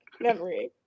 memory